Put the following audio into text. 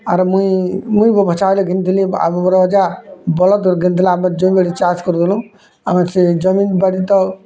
ଆର୍ ମୁଇଁ ମୁଇଁ ବଛା ହଲେ କିଣିଥିଲି ଆମ ବେଲେ ଅଜା ବଲଦ୍ ହଲେ କିନିଥିଲା ଆମେ ଜମିବାଡ଼ି ଚାଷ୍ କରୁଥିନୁ ଆମେ ସେ ଜମିନ୍ ବାଡ଼ି ତ